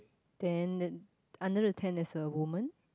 then under the tent there's a woman